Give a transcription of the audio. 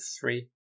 three